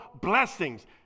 blessings